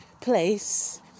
place